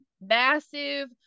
massive